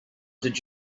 did